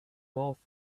golf